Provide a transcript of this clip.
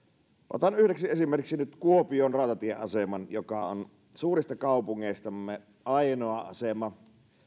otan yhdeksi esimerkiksi nyt kuopion rautatieaseman joka on suurista kaupungeistamme ainoa asema